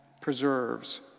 Preserves